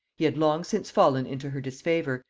he had long since fallen into her disfavor,